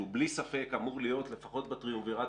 שבלי ספק אמור להיות לפחות בטריומווירט